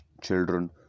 children